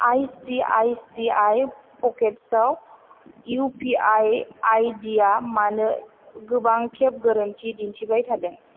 I C I C I प'केट्साव U P I I D आ मानो गोबांखेब गोरोन्थि दिन्थिबाय थादों